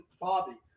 Bobby